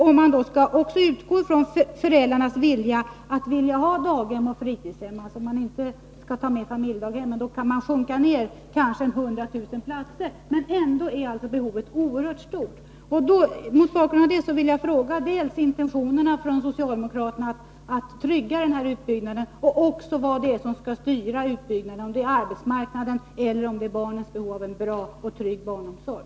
Om man skall räkna med föräldrarnas önskemål om familjedaghem kan man kanske minska det med något hundratusental platser, men ändå är behovet oerhört stort.